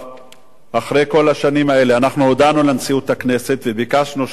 אחרי כל השנים האלה אנחנו הודענו לנשיאות הכנסת וביקשנו שיבואו לכאן,